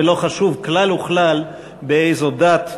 ולא חשוב כלל וכלל באיזו דת מדובר.